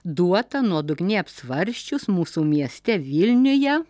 duota nuodugniai apsvarsčius mūsų mieste vilniuje